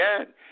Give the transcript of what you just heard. again